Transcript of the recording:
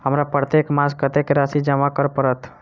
हमरा प्रत्येक मास कत्तेक राशि जमा करऽ पड़त?